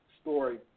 story